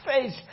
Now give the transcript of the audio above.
face